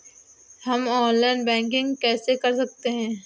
हम online banking कैसे कर सकते हैं?